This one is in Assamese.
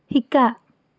শিকা